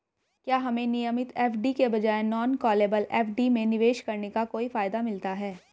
क्या हमें नियमित एफ.डी के बजाय नॉन कॉलेबल एफ.डी में निवेश करने का कोई फायदा मिलता है?